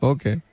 Okay